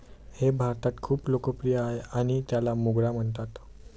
हे भारतात खूप लोकप्रिय आहे आणि त्याला मोगरा म्हणतात